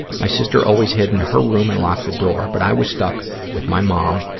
my sister always hid in her room and locked the door, but i was stuck with my mom.